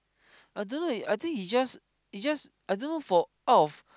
I don't know I think he just he just I don't know for out of